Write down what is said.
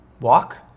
Walk